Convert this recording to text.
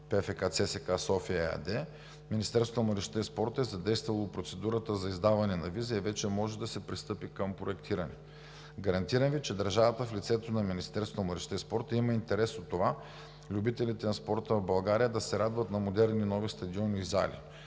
ПФК ЦСКА – София ЕАД, Министерството на младежта и спорта е задействало процедурата за издаване на виза и вече може да се пристъпи към проектиране. Гарантирам Ви, че държавата в лицето на Министерството на младежта и спорта има интерес от това любителите на спорта в България да се радват на модерни, нови стадиони и зали.